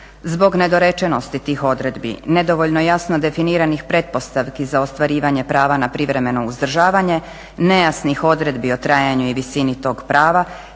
Zbog nedorečenosti tih odredbi, nedovoljno jasno definiranih pretpostavki za ostvarivanje prava na privremeno uzdržavanje, nejasnih odredbi o trajanju i visini tog prava